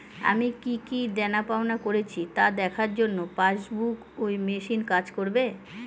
আমি কি কি দেনাপাওনা করেছি তা দেখার জন্য পাসবুক ই মেশিন কাজ করবে?